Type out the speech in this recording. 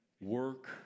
Work